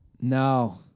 No